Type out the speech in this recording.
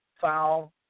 foul